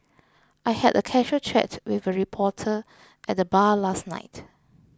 I had a casual chat with a reporter at the bar last night